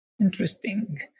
interesting